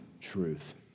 truth